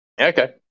Okay